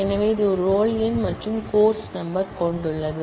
எனவே இது ஒரு ரோல் எண் மற்றும் கோர்ஸ் நம்பர் கொண்டுள்ளது